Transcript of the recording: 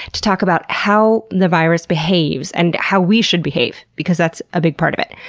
to talk about how the virus behaves and how we should behave. because that's a big part of it.